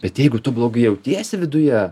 bet jeigu tu blogai jautiesi viduje